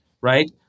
right